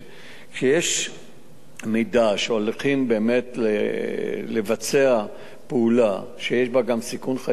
כשיש מידע שהולכים לבצע פעולה שיש בה גם סיכון חיי אדם,